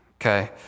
okay